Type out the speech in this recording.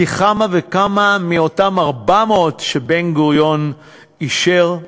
פי כמה וכמה מאותם 400 שבן-גוריון אישר.